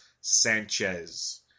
Sanchez